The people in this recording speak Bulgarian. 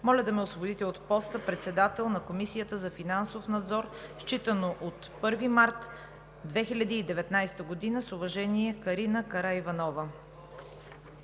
моля да ме освободите от поста председател на Комисията за финансов надзор, считано от 1 март 2019 г., с уважение: Карина Караиванова“.